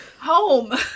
home